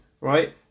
right